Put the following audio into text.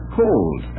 cold